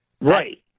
Right